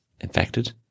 infected